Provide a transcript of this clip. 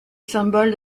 symbole